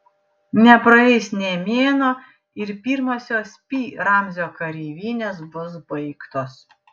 nepraeis nė mėnuo ir pirmosios pi ramzio kareivinės bus baigtos